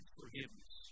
forgiveness